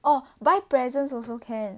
oh buy presents also can